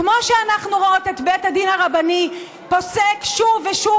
כמו שאנחנו רואות את בית הדין הרבני פוסק שוב ושוב